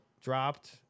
dropped